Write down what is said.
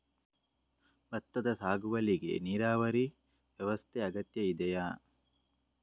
ಭತ್ತದ ಸಾಗುವಳಿಗೆ ನೀರಾವರಿ ವ್ಯವಸ್ಥೆ ಅಗತ್ಯ ಇದೆಯಾ?